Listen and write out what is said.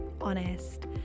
honest